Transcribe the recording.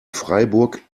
freiburg